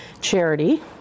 charity